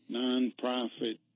nonprofit